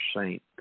saint